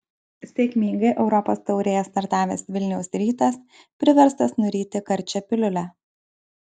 sėkmingai europos taurėje startavęs vilniaus rytas priverstas nuryti karčią piliulę